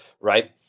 Right